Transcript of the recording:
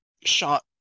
shot